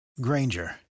Granger